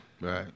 Right